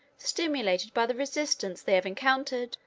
stimulated by the resistance they have encountered,